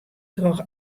troch